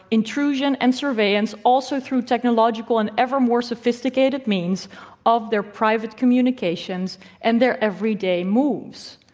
intrusion, and surveillance also through technological and ever more sophisticated means of their private communications and their everyday moves?